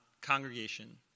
congregation